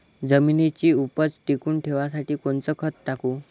जमिनीची उपज टिकून ठेवासाठी कोनचं खत टाकू?